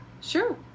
sure